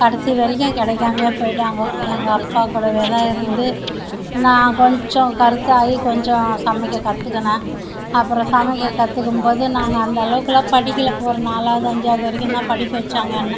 கடைசி வரைக்கும் கிடைக்காமயே போய்ட்டாங்க எங்கள் அப்பா கூடவே தான் இருந்து நான் கொஞ்சம் கருத்தாகி கொஞ்சம் சமைக்க கற்றுக்குனேன் அப்புறம் சமைக்க கற்றுக்கும் போது நாங்கள் அந்த அளவுக்கெலாம் படிக்கலை ஒரு நாலாவது அஞ்சாவது வரைக்கும் தான் படிக்க வச்சாங்க என்னை